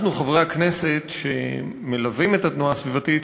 אנחנו, חברי הכנסת שמלווים את התנועה הסביבתית,